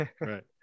right